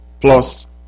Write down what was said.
plus